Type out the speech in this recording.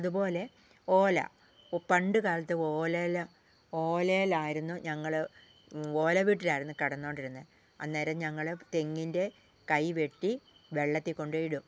അതുപോലെ ഓല പണ്ട് കാലത്ത് ഓലയില് ഓലയിലായിരുന്നു ഞങ്ങള് ഓല വീട്ടിലായിരുന്നു കിടന്നുകൊണ്ടിരുന്നത് അന്നേരം ഞങ്ങള് തെങ്ങിൻ്റെ കൈ വെട്ടി വെള്ളത്തിക്കൊണ്ട് ഇടും